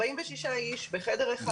46 אנשים בחדר אחד.